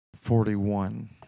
forty-one